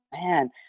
man